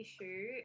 issue